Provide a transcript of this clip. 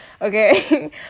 okay